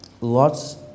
lots